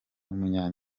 umunye